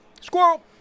Squirrel